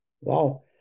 Wow